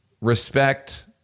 respect